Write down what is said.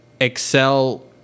excel